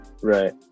Right